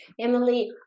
Emily